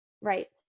Right